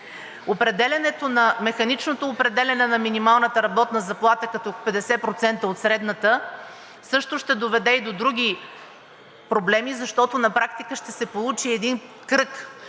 Механичното определяне на минималната работна заплата като 50% от средната ще доведе също и до други проблеми, защото на практика ще се получи един кръг